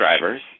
drivers